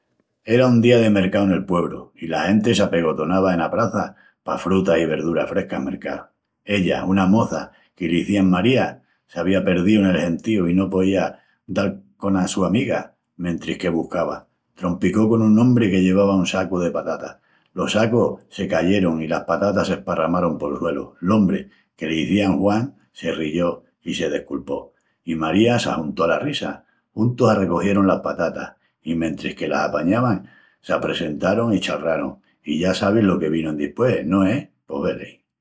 Era un día de mercau nel puebru, i la genti s'apegotonava ena praça pa frutas i verduras frescas mercal. Ella, una moça que l'izían María, s'avía perdíu nel gentíu i no poía dal cona su amiga. Mentris que buscava, trompicó con un ombri que llevava un sacu de patatas. Los sacus se cayerun i las patatas s'esparramarun pol suelu. L'ombri, que l'izían Juan, se riyó i se desculpó, i María s'ajuntó ala risa. Juntus arrecogierun las patatas, i mentris que las apañavan s'apresentarun i chalrarun. I ya sabis lo que vinu endispués, no es? Pos veleí!